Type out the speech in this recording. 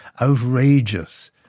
outrageous